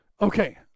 okay